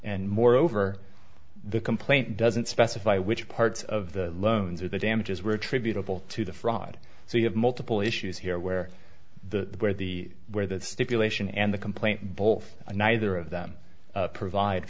and moreover the complaint doesn't specify which parts of the loans are the damages were attributable to the fraud so you have multiple issues here where the where the where the stipulation and the complaint both neither of them provide